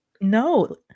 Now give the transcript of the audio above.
No